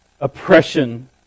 oppression